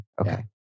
Okay